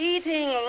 Eating